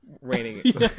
Raining